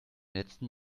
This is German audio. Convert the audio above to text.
letzten